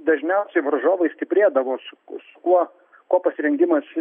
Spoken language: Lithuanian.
dažniausiai varžovai stiprėdavo su su kuo ko pasirengimas